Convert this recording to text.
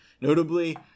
Notably